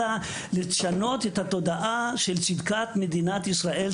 אלא בלשנות את התודעה של צדקת מדינת ישראל,